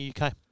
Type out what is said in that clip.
UK